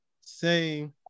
say